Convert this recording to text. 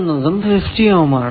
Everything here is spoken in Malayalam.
എന്നതും 50 ഓം ആണ്